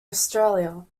australia